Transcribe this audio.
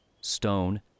stone